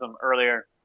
earlier